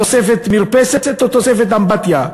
תוספת מרפסת או תוספת אמבטיה,